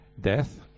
death